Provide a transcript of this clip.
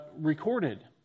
recorded